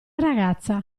ragazza